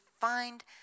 find